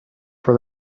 for